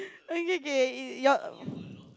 okay kay err your